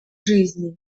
жизни